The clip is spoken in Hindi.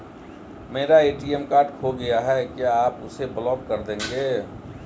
मेरा ए.टी.एम कार्ड खो गया है क्या आप उसे ब्लॉक कर देंगे?